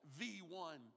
V1